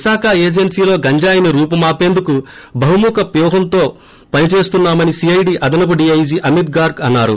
విశాఖ ఏజెన్సీలో గంజాయిని రూపుమాపేందుకు బహుముఖ వ్వూహంతో పని చేస్తున్నామని సిఐడి అదనపు డీఐజి అమిత్ గార్గ్ అన్నారు